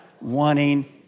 wanting